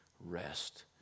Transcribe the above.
rest